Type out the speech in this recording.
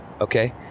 okay